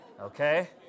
Okay